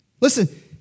Listen